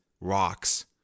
rocks